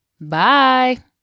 Bye